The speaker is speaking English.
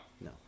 No